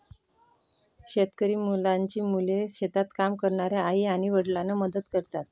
शेतकरी मुलांची मुले शेतात काम करणाऱ्या आई आणि वडिलांना मदत करतात